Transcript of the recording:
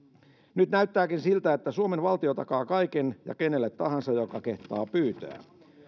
nyt näyttääkin siltä suomen valtio takaa kaiken ja kenelle tahansa joka kehtaa pyytää